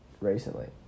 recently